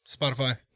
Spotify